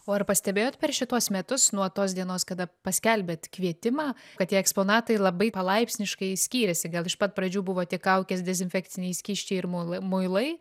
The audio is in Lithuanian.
o ar pastebėjot per šituos metus nuo tos dienos kada paskelbėt kvietimą kad tie eksponatai labai palaipsniškai skyrėsi gal iš pat pradžių buvo tik kaukės dezinfekciniai skysčiai ir molai muilai